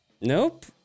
Nope